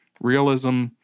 realism